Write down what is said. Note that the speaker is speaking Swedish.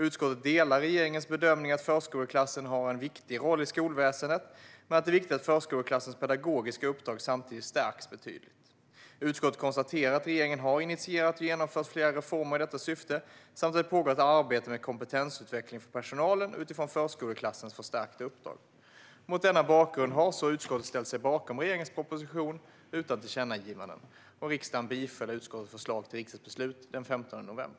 Utskottet delar regeringens bedömning att förskoleklassen har en viktig roll i skolväsendet, men det är viktigt att förskoleklassens pedagogiska uppdrag samtidigt stärks betydligt. Utskottet konstaterar att regeringen har initierat och genomfört flera reformer i detta syfte samt att det pågår ett arbete med kompetensutveckling för personalen utifrån förskoleklassens förstärkta uppdrag. Mot denna bakgrund har utskottet ställt sig bakom regeringens proposition utan tillkännagivanden. Riksdagen biföll utskottets förslag till riksdagsbeslut den 15 november.